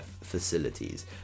facilities